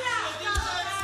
גם לך.